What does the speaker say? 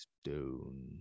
stone